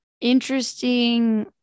interesting